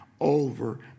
over